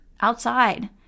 outside